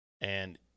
And-